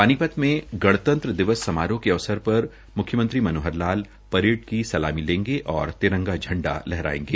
पानीपत में गणतंत्र दिवस समारोह के अवसर पर म्ख्यमंत्री मनोहरलाल परेड की सलामी लेंगे और तिरंगा झंडा लहरायेंगे